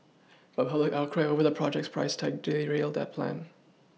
but a public outcry over the project's price tag derailed that plan